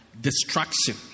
destruction